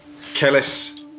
Kellis